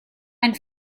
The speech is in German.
ein